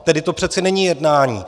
Tedy to přece není jednání.